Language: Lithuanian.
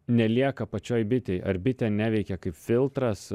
nelieka pačioj bitėj ar bitė neveikia kaip filtras